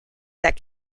that